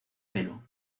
pelo